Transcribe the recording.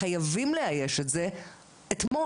חייבים לאייש את זה אתמול.